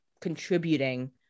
contributing